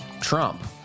Trump